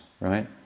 right